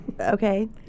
Okay